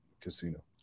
casino